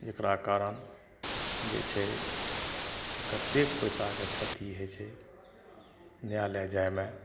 जेकरा कारण जे छै कतेक पैसाके क्षति होइ छै न्यायालय जायमे